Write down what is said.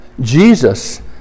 Jesus